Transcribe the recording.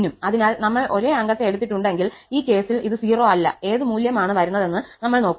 അതിനാൽ ഞങ്ങൾ ഒരേ അംഗത്തെ എടുത്തിട്ടുണ്ടെങ്കിൽ ഈ കേസിൽ ഇത് 0 അല്ല ഏത് മൂല്യം ആണ് വരുന്നതെന്ന് നമ്മൾ നോക്കും